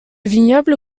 vignoble